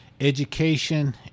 education